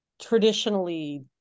traditionally